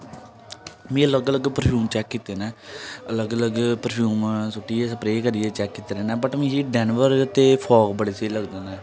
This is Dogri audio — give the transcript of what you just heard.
मी अलग अलग परफ्यूम चेक कीते न अलग अलग परफ्यूम सुटियै स्प्रे करियै चेक कीते न बट मिकी डैनबर ते फाग बड़े स्हेई लगदे न